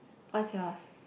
what's yours